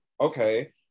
okay